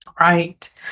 Right